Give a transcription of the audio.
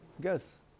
Guess